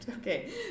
Okay